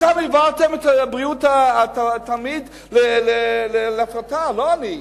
אתם העברתם את בריאות התלמיד להפרטה, לא אני,